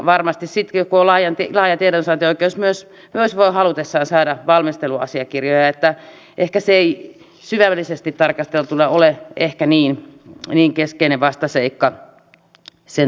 varmasti sitten kun on laaja tiedonsaantioikeus voi myös halutessaan saada valmisteluasiakirjoja niin että ehkä se ei syvällisesti tarkasteltuna ole niin keskeinen vastaseikka sen torjumiseen